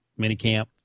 minicamp